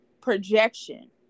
Projection